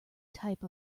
type